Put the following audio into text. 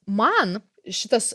man šitas